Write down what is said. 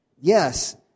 yes